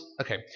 Okay